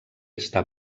està